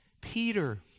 Peter